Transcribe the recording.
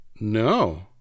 No